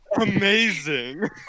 Amazing